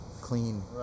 clean